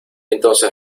entonces